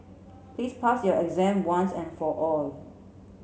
please pass your exam once and for all